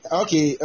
okay